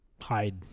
hide